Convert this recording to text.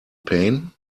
pain